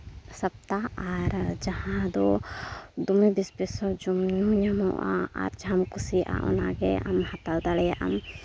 ᱥᱚᱯᱛᱟ ᱟᱨ ᱡᱟᱦᱟᱸ ᱫᱚ ᱫᱚᱢᱮ ᱵᱮᱥ ᱵᱮᱥ ᱡᱚᱢᱼᱧᱩ ᱧᱟᱢᱚᱜᱼᱟ ᱟᱨ ᱡᱟᱦᱟᱸᱢ ᱠᱩᱥᱤᱭᱟᱜᱼᱟ ᱚᱱᱟᱜᱮ ᱦᱟᱛᱟᱣ ᱫᱟᱲᱮᱭᱟᱜ ᱟᱢ